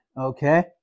okay